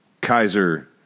Kaiser